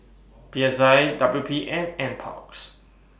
P S I W P and NParks